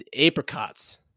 apricots